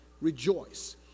rejoice